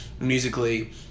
Musically